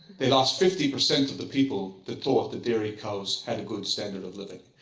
they lost fifty percent of the people that thought the dairy cows had a good standard of living.